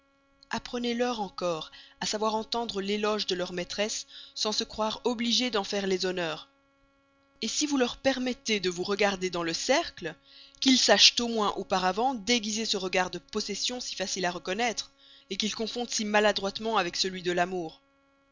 apprenez leur encore à savoir entendre l'éloge de leur maîtresse sans se croire obligés d'en faire les honneurs si vous leur permettez de vous regarder dans le cercle qu'ils sachent au moins auparavant déguiser ce regard de possession si facile à reconnaître qu'ils confondent si maladroitement avec celui de l'amour